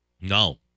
No